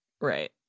Right